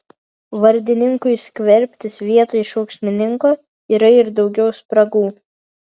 vardininkui skverbtis vietoj šauksmininko yra ir daugiau spragų